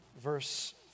Verse